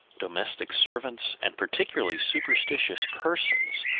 domestic servants, and particularly superstitious persons,